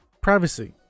privacy